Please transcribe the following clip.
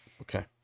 Okay